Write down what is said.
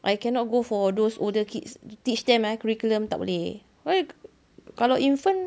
I cannot go for those older kids teach them eh curriculum tak boleh why kalau infant